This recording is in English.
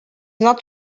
not